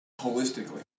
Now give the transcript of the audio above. holistically